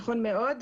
נכון מאוד.